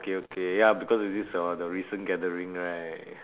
okay okay ya because of this that one the recent gathering right